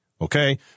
okay